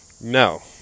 No